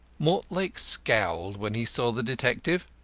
mortlake scowled when he saw the detective.